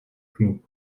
group